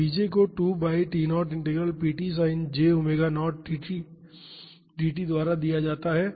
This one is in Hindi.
तो bj को 2 by T0 integral p t sin j omega 0 t dt द्वारा दिया जाता है